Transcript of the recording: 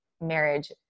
marriage